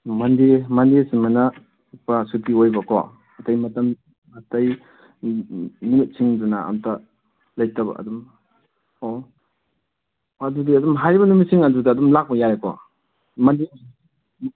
ꯃꯟꯗꯦ ꯃꯟꯗꯦ ꯁꯤꯝꯃꯅ ꯄꯨꯔꯥ ꯁꯨꯇꯤ ꯑꯣꯏꯕꯀꯣ ꯑꯇꯩ ꯃꯇꯝ ꯑꯇꯩ ꯅꯨꯃꯤꯠꯁꯤꯡꯗꯅ ꯑꯝꯇ ꯂꯩꯇꯕ ꯑꯗꯨꯝ ꯑꯣ ꯑꯗꯨꯗꯤ ꯑꯗꯨꯝ ꯍꯥꯏꯔꯤꯕ ꯅꯨꯃꯤꯠꯁꯤꯡ ꯑꯗꯨꯗ ꯑꯗꯨꯝ ꯂꯥꯛꯄ ꯌꯥꯏꯔꯦꯀꯣ ꯃꯟꯗꯦ